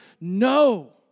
no